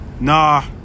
Nah